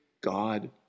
God